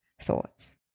thoughts